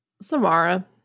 Samara